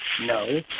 No